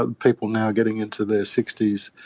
ah people now getting into their sixty s,